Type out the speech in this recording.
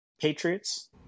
Patriots